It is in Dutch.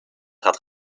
gaat